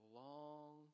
long